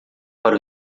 para